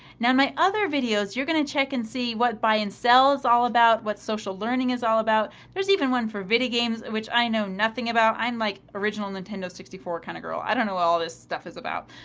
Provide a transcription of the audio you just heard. now, in my other videos, you're going to check and see what buy-in sells all about, what social learning is all about. there's even one for video games which i know nothing about. i'm like, original nintendo sixty four kind of girl. i don't know how all this stuff is about.